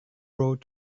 road